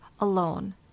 ALONE